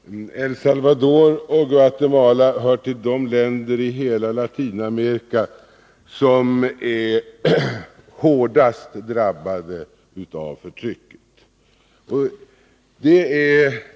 Herr talman! El Salvador och Guatemala hör till de länder i hela Latinamerika som är hårdast drabbade av förtrycket.